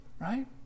right